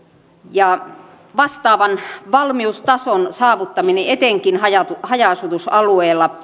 vastaavan valmiustason saavuttaminen etenkin haja haja asutusalueilla